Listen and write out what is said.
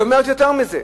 היא אומרת יותר מזה,